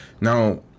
Now